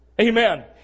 Amen